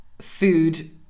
food